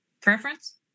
preference